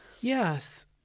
Yes